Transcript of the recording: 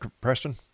Preston